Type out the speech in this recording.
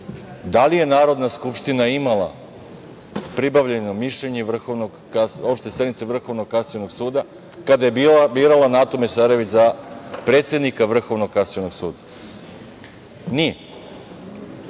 da li je Narodna skupština imala pribavljeno mišljenje opšte sednice Vrhovnog kasacionog suda kada je birala Natu Mesarović za predsednika Vrhovnog kasacionog suda? Nije.